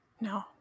No